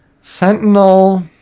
Sentinel